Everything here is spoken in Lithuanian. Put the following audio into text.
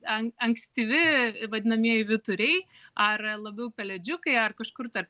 an ankstyvi vadinamieji vyturiai ar labiau pelėdžiukai ar kažkur tarp